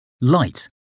light